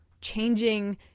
changing